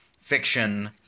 fiction